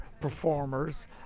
performers